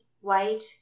white